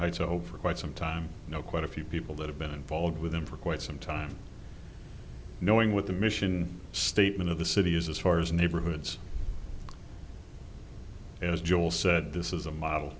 heights i hope for quite some time you know quite a few people that have been involved with them for quite some time knowing what the mission statement of the city is as far as neighborhoods as joel said this is a model